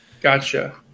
gotcha